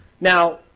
Now